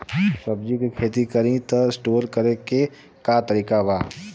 सब्जी के खेती करी त स्टोर करे के का तरीका बा?